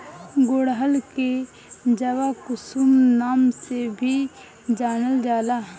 गुड़हल के जवाकुसुम नाम से भी जानल जाला